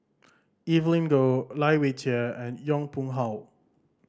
Evelyn Goh Lai Weijie and Yong Pung How